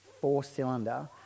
four-cylinder